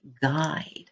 guide